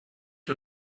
you